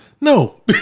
No